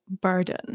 burden